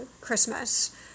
Christmas